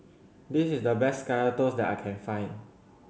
this is the best Kaya Toast that I can find